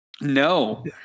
no